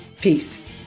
Peace